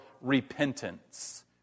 repentance